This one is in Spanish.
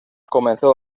comenzó